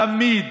תמיד